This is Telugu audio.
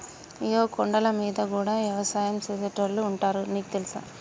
ఇగో కొండలమీద గూడా యవసాయం సేసేటోళ్లు ఉంటారు నీకు తెలుసా